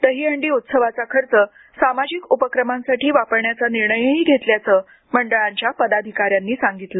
दहीहंडी उत्सवाचा खर्च सामाजिक उपक्रमात वापरण्याचा निर्णयही घेतल्याचं मंडळांच्या पदाधिकाऱ्यांनी सांगितलं